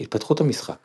התפתחות המשחק